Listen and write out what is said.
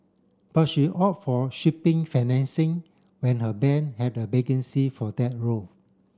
but she opt for shipping financing when her bank had a vacancy for that role